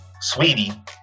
Sweetie